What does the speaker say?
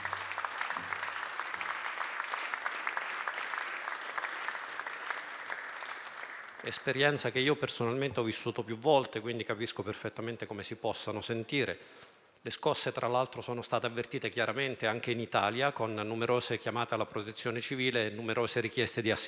un'esperienza che personalmente ho vissuto più volte e capisco perfettamente come possano sentirsi. Le scosse, tra l'altro, sono state avvertite chiaramente anche in Italia, con numerose chiamate alla Protezione civile e richieste di assistenza.